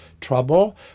trouble